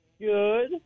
good